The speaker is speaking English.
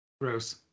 Gross